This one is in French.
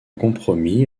compromis